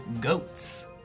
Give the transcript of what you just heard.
goats